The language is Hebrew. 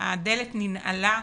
הדלת ננעלה,